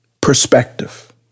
Perspective